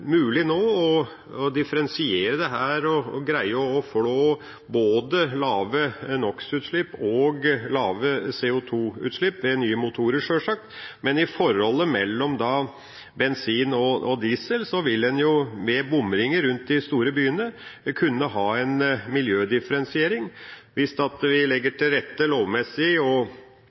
mulig å differensiere dette og greie å få både lave NOx-utslipp og lave CO2-utslipp – med nye motorer, sjølsagt – men i forholdet mellom bensin og diesel vil en med bomringer rundt de store byene kunne ha en miljødifferensiering hvis vi lovmessig og teknologisk legger til rette